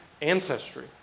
ancestry